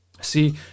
See